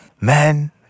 Man